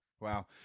Wow